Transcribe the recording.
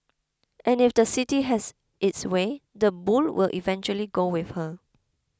and if the city has its way the bull will eventually go with her